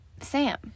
Sam